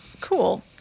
Cool